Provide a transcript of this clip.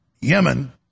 Yemen